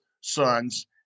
sons